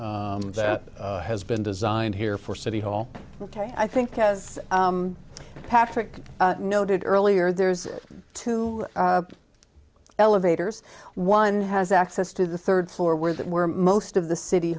plan that has been designed here for city hall ok i think as patrick noted earlier there's two elevators one has access to the third floor where that we're most of the city